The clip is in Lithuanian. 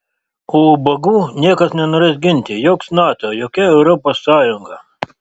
o ubagų niekas nenorės ginti joks nato jokia europos sąjunga